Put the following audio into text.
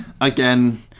again